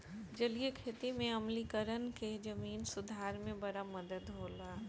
जलीय खेती में आम्लीकरण के जमीन सुधार में बड़ा मदद होला